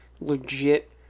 legit